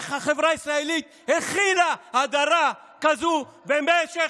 איך החברה הישראלית הכילה הדרה כזאת במשך